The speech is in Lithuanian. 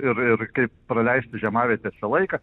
ir ir kaip praleisti žiemavietėse laiką